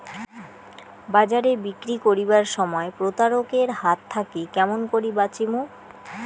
বাজারে বিক্রি করিবার সময় প্রতারক এর হাত থাকি কেমন করি বাঁচিমু?